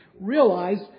realize